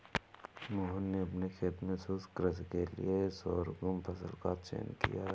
मोहन ने अपने खेत में शुष्क कृषि के लिए शोरगुम फसल का चयन किया है